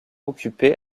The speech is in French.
occupé